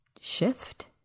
shift